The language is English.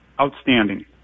outstanding